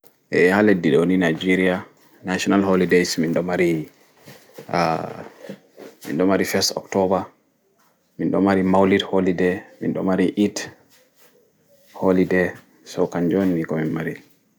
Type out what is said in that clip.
Eeh ha leɗɗi ɗo ni nigeria national holiɗay minɗo mari aaah miɗon mari first octoɓer minɗo mari mauliɗ holiɗay minɗo mari eiɗ holiɗay